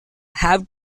have